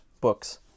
books